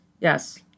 Yes